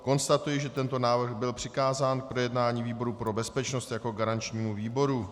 Konstatuji, že tento návrh byl přikázán k projednání výboru pro bezpečnost jako garančnímu výboru.